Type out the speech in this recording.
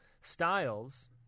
Styles